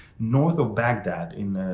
north of baghdad in